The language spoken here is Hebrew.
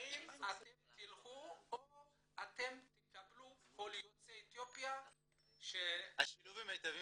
האם אתם תלכו או שתקבלו את כל יוצאי אתיופיה ש- -- השילוב המיטבי